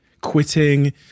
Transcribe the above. quitting